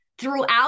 Throughout